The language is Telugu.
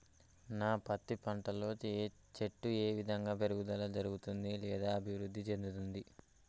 నా పత్తి పంట లో చెట్టు ఏ విధంగా పెరుగుదల జరుగుతుంది లేదా అభివృద్ధి చెందుతుంది?